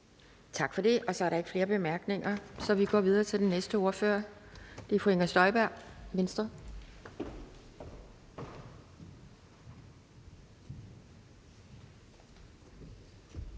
Tak for det. Der er ikke flere korte bemærkninger, så vi går videre til den næste ordfører. Det er fru Inger Støjberg, Venstre. Kl.